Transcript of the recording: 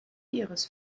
ihres